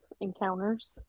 encounters